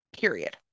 period